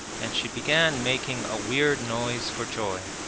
and she began making a weird noise for joy.